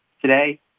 Today